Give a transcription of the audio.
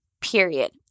period